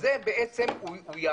הוא השר הכי חברתי והוא לא ייתן יד.